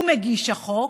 הוא מגיש החוק,